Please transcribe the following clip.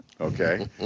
okay